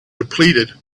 depleted